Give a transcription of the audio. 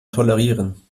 tolerieren